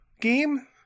game